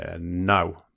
No